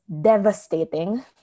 devastating